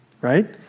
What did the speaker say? right